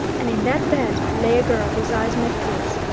and in that bed lay a girl whose eyes met his.